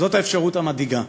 האפשרות המדאיגה.